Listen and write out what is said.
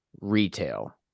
retail